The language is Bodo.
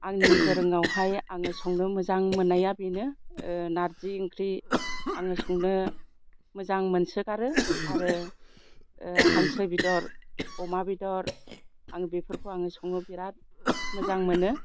आंनि गोरोंआवहाय आङो संनो मोजां मोननाया बेनो नारजि ओंख्रि आङो संनो मोजां मोनसोगारो आरो हांसो बेदर अमा बेदर आं बेफोरखौ आङो संनो बिराद मोजां मोनो